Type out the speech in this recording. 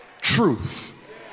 truth